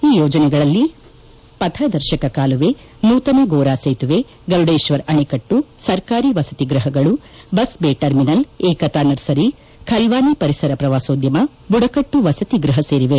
ಈ ಯೋಜನೆಗಳಲ್ಲಿ ಪಥದರ್ಶಕ ಕಾಲುವೆ ನೂತನ ಗೋರಾ ಸೇತುವೆ ಗರುಡೇಶ್ವರ್ ಅಣೆಕಟ್ಟು ಸರ್ಕಾರಿ ವಸತಿಗ್ಟಪಗಳು bus bay terminal Ekta nursery Khalwani ಪರಿಸರ ಪ್ರವಾಸೋದ್ಯಮ ಬುಡಕಟ್ಟು ವಸತಿ ಗೃಹ ಸೇರಿವೆ